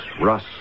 Russ